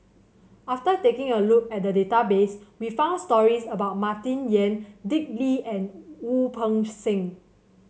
after taking a look at the database we found stories about Martin Yan Dick Lee and Wu Peng Seng